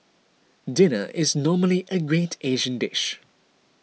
dinner is normally a great Asian dish